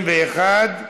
21)